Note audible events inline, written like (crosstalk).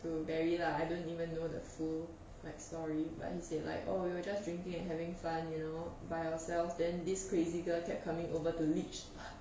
to barry lah I don't even know the full like story but he said like oh we were just drinking and having fun you know by ourselves then this crazy girl kept coming over to leech (breath)